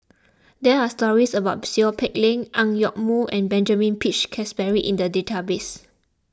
there are stories about Seow Peck Leng Ang Yoke Mooi and Benjamin Peach Keasberry in the database